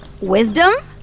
Wisdom